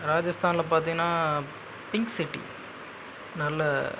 ராஜஸ்தானில் பார்த்திங்கனா pink city நல்ல